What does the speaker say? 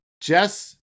Jess